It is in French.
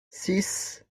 six